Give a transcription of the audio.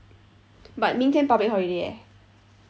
but 明天 public holiday eh